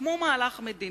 כמו מהלך מדיני,